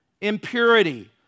Impurity